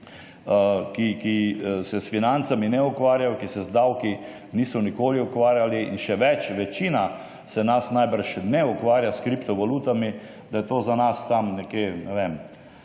ki se s financami ne ukvarjajo, ki se z davki niso nikoli ukvarjali, in še več, večina se nas najbrž ne ukvarja s kriptovalutami, da je to za nas, ne vem,